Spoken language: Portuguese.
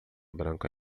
branca